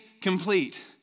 complete